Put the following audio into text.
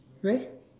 where